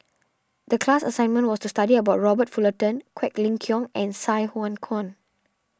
the class assignment was to study about Robert Fullerton Quek Ling Kiong and Sai Hua Kuan